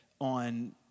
on